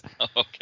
okay